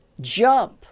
jump